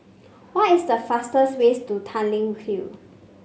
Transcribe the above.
what is the fastest ways to Tanglin Hill